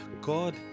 God